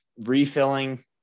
refilling